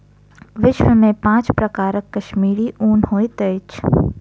विश्व में पांच प्रकारक कश्मीरी ऊन होइत अछि